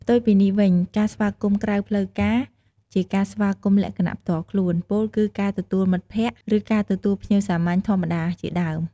ផ្ទុយពីនេះវិញការស្វាគមន៍ក្រៅផ្លូវការជាការស្វាគមន៍លក្ខណៈផ្ទាល់ខ្លួន ពោលគឺការទទួលមិត្តភក្កិ ឬការទទួលភ្ញៀវសាមញ្ញធម្មតាជាដើម។